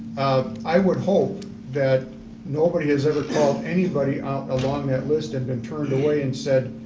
i would hope that nobody has ever called anybody out along that list and been turned away and said,